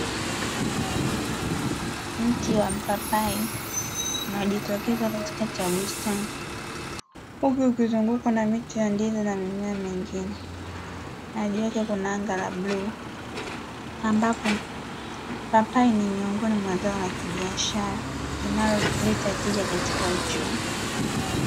Mti wa mpapai unaojitokeza katikati ya bustani, huku ukizungukwa na miti ya ndizi na mimea mingine na juu yake kuna anga la bluu. Ambapo papai ni miongoni mwa zao la kibiashara linaloleta tija katika uchumi.